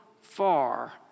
far